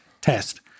test